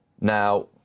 Now